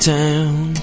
town